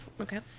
Okay